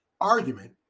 argument